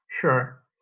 Sure